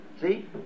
See